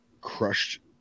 crushed